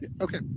Okay